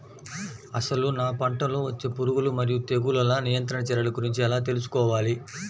అసలు నా పంటలో వచ్చే పురుగులు మరియు తెగులుల నియంత్రణ చర్యల గురించి ఎలా తెలుసుకోవాలి?